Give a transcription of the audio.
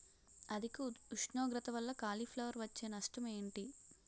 అధిక ఉష్ణోగ్రత వల్ల కాలీఫ్లవర్ వచ్చే నష్టం ఏంటి?